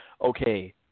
Okay